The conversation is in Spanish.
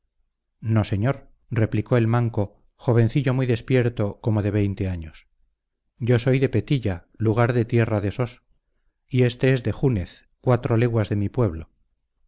no señor replicó el manco jovencillo muy despierto como de veinte años yo soy de petilla lugar de tierra de sos y éste es de júnez cuatro leguas de mi pueblo